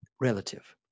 relative